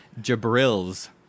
Jabril's